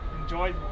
enjoy